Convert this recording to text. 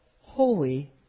Holy